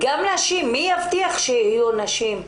מי יבטיח שיהיו נשים?